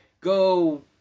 go